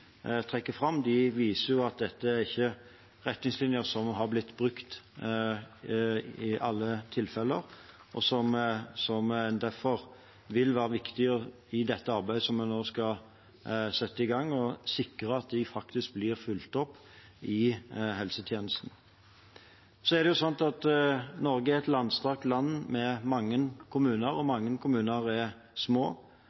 har blitt brukt i alle tilfeller. Det vil derfor være viktig i dette arbeidet som vi nå skal sette i gang, å sikre at de faktisk blir fulgt opp i helsetjenesten. Norge er et langstrakt land med mange kommuner, og mange kommuner er små. Selv om mange pasienter har ALS også i Norge, vil det for en kommune ofte være slik at de møter innbyggere med